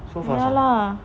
ya lah